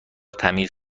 تمیز